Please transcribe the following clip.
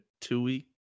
two-week